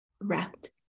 wrapped